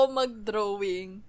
mag-drawing